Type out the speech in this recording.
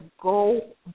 Go